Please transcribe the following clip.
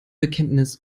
bekenntnis